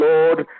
Lord